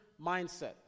mindset